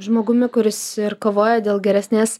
žmogumi kuris ir kovojo dėl geresnės